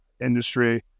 industry